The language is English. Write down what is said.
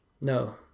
No